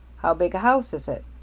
how big a house is it?